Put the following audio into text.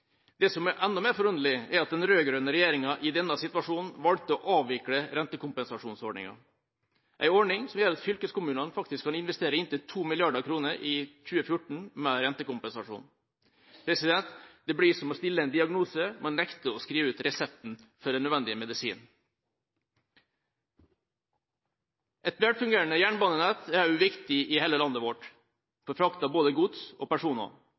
Det som er enda mer forunderlig, er at den rød-grønne regjeringa i denne situasjonen valgte å avvikle rentekompensasjonsordninga, en ordning som gjør at fylkeskommunene faktisk kan investere inntil 2 mrd. kr i 2014 med rentekompensasjon. Det blir som å stille en diagnose, men nekte å skrive ut resept på den nødvendige medisinen. Et velfungerende jernbanenett er viktig i hele landet, for frakt av både gods og personer.